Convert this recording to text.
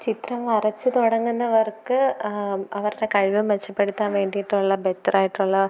ചിത്രം വരച്ചു തുടങ്ങുന്നവർക്ക് അവരുടെ കഴിവ് മെച്ചപ്പെടുത്താൻ വേണ്ടിയിട്ടുള്ള ബെറ്റെർ ആയിട്ടുള്ള